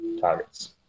targets